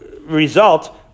result